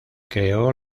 creó